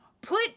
Put